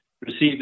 receive